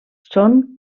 són